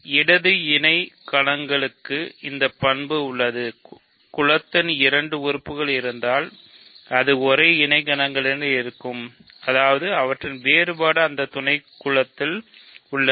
இடது இணை கணம்களுக்கு இந்த பண்பு உள்ளது குலத்தின் இரண்டு உறுப்புகள் இருந்தால் இது ஒரே இணை கணங்களில் இருக்கும் அதாவது அவற்றின் வேறுபாடு அந்த துணைகுலத்தில் உள்ளது